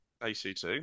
ACT